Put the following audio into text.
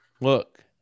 Look